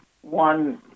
One